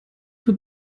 für